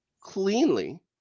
cleanly